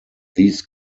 these